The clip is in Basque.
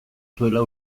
zuela